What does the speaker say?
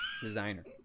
designer